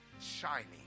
shining